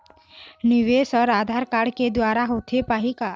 निवेश हर आधार कारड के द्वारा होथे पाही का?